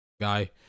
Guy